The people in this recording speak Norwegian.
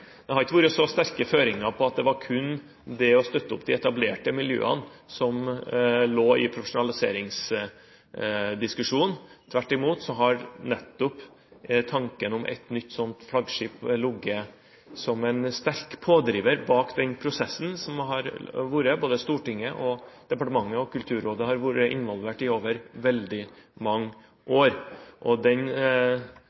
det å støtte opp om de etablerte miljøene som lå i profesjonaliseringsdiskusjonen. Tvert imot har nettopp tanken om et nytt sånt flaggskip ligget som en sterk pådriver bak den prosessen som har vært, og som både Stortinget, departementet og Kulturrådet har vært involvert i over veldig mange år. Den debatten har Kristelig Folkeparti ikke tenkt å